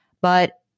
But-